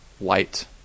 light